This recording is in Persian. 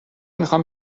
میخام